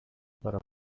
para